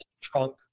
trunk